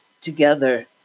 together